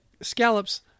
scallops